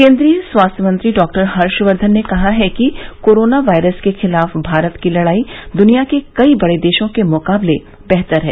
केन्द्रीय स्वास्थ्य मंत्री डॉक्टर हर्षवर्धन ने कहा है कि कोरोना वायरस के खिलाफ भारत की लडाई द्निया के कई बडे देशों के मुकाबले बेहतर है